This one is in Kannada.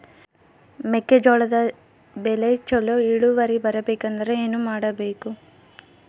ಮೆಕ್ಕೆಜೋಳದ ಬೆಳೆ ಚೊಲೊ ಇಳುವರಿ ಬರಬೇಕಂದ್ರೆ ಏನು ಮಾಡಬೇಕು?